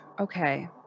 okay